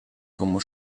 como